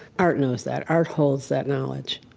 art knows that. art holds that knowledge.